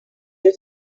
què